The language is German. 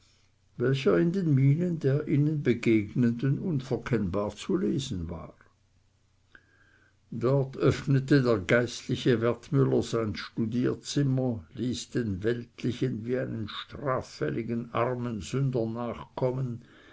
welcher in den mienen der ihnen begegnenden unverkennbar zu lesen war dort öffnete der geistliche wertmüller sein studierzimmer ließ den weltlichen wie einen straffälligen armen sünder nachkommen